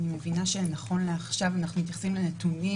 אני מבינה שנכון לעכשיו אנחנו מתייחסים לנתונים